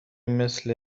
مثل